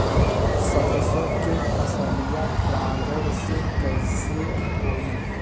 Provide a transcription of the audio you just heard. सरसो के फसलिया परागण से कईसे होई?